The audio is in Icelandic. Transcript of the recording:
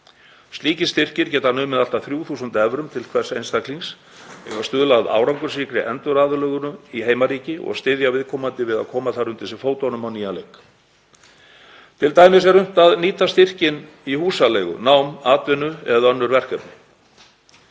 Slíkir styrkir, sem geta numið allt að 3.000 evrum til hvers einstaklings, eiga að stuðla að árangursríkri enduraðlögun í heimaríki og styðja viðkomandi við að koma þar undir sig fótunum á nýjan leik. Til dæmis er unnt að nýta styrkinn í húsaleigu, nám, atvinnu eða önnur verkefni.